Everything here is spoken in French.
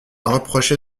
reproché